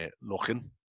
looking